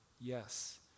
Yes